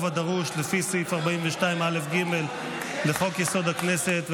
הדרוש לפי סעיף 42א(ג) לחוק-יסוד: הכנסת,